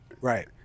right